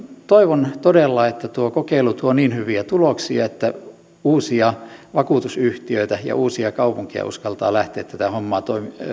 toivon todella että tuo kokeilu tuo niin hyviä tuloksia että uusia vakuutusyhtiöitä ja uusia kaupunkeja uskaltaa lähteä tätä hommaa